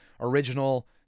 original